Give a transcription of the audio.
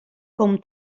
com